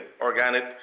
organic